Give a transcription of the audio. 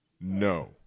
no